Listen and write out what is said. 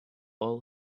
all